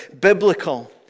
biblical